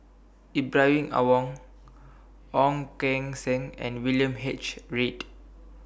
Ibrahim Awang Ong Keng Sen and William H Read